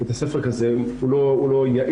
בית ספר כזה הוא לא יעיל,